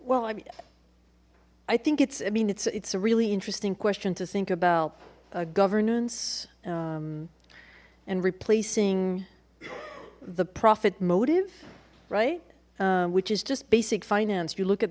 mean i think it's i mean it's it's a really interesting question to think about governance and replacing the profit motive right which is just basic finance you look at